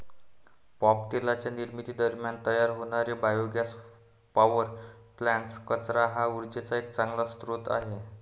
palm तेलाच्या निर्मिती दरम्यान तयार होणारे बायोगॅस पॉवर प्लांट्स, कचरा हा उर्जेचा एक चांगला स्रोत आहे